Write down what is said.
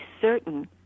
certain